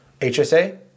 HSA